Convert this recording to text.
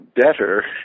better